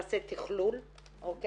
אחד אנחנו נמצא את החליפה המתאימה.